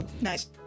Nice